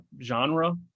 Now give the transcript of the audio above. genre